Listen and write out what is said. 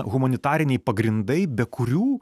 humanitariniai pagrindai be kurių